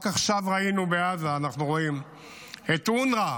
רק עכשיו אנחנו רואים בעזה את אונר"א,